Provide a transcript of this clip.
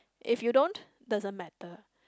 if you don't doesn't matter